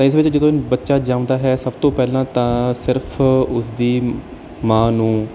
ਤਾਂ ਇਸ ਵਿੱਚ ਜਦੋਂ ਬੱਚਾ ਜੰਮਦਾ ਹੈ ਸਭ ਤੋਂ ਪਹਿਲਾਂ ਤਾਂ ਸਿਰਫ ਉਸਦੀ ਮਾਂ ਨੂੰ